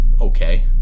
okay